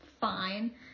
fine